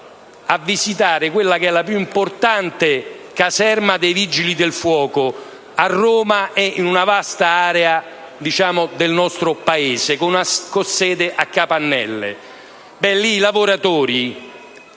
a visitare la più importante caserma dei Vigili del fuoco di Roma e di una vasta area del nostro Paese, con sede a Capannelle.